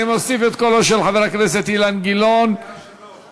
אני מוסיף את קולו של חבר הכנסת אילן גילאון לפרוטוקול.